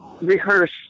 Rehearse